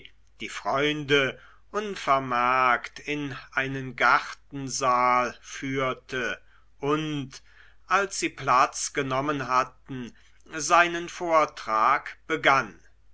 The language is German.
die freunde unvermerkt in einen gartensaal führte und als sie platz genommen hatten seinen vortrag begann